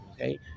okay